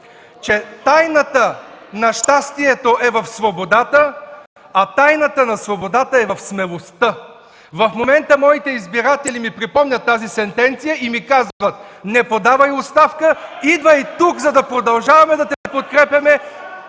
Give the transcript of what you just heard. че тайната на щастието е в свободата, а тайната на свободата е в смелостта. В момента моите избиратели ми припомнят тази сентенция и ми казват: „Не подавай оставка, идвай тук, за да продължаваме да те подкрепяме.”